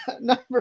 Number